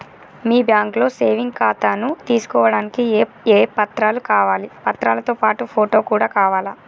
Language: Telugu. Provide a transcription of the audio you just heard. మీ బ్యాంకులో సేవింగ్ ఖాతాను తీసుకోవడానికి ఏ ఏ పత్రాలు కావాలి పత్రాలతో పాటు ఫోటో కూడా కావాలా?